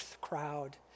crowd